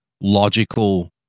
logical